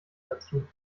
dazu